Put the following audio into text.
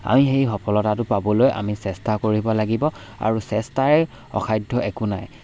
আমি সেই সফলতাটো পাবলৈ আমি চেষ্টা কৰিব লাগিব আৰু চেষ্টাৰ অসাধ্য একো নাই